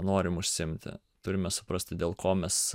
norim užsiimti turime suprasti dėl ko mes